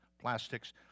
plastics